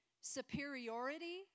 superiority